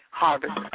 harvest